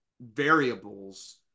variables